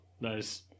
Nice